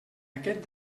aquest